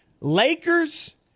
Lakers